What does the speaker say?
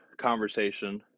conversation